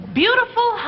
beautiful